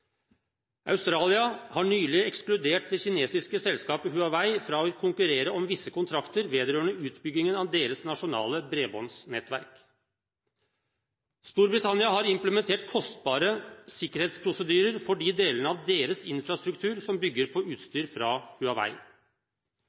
Australia har nylig ekskludert det kinesiske selskapet Huawei fra å konkurrere om visse kontrakter vedrørende utbyggingen av deres nasjonale bredbåndsnettverk. Storbritannia har implementert kostbare sikkerhetsprosedyrer for de delene av deres infrastruktur som bygger på utstyr fra